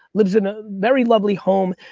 lives in a very lovely home,